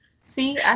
See